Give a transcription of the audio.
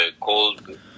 cold